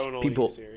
people